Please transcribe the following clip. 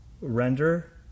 Render